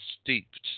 steeped